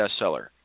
bestseller